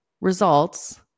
results